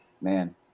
man